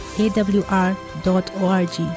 awr.org